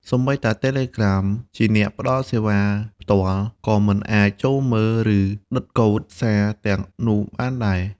សូម្បីតែ Telegram ជាអ្នកផ្តល់សេវាផ្ទាល់ក៏មិនអាចចូលមើល ឬឌិកូដសារទាំងនោះបានដែរ។